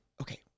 Okay